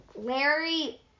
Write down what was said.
Larry